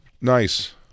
Nice